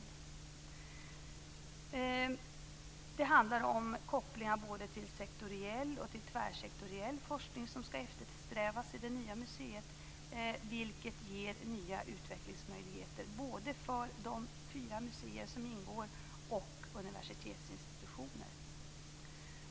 Det handlar om kopplingar både till sektoriell och till tvärsektoriell forskning som skall eftersträvas i det nya museet, vilket ger nya utvecklingsmöjligheter både för de fyra museer som ingår och för universitetsinstitutioner.